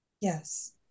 Yes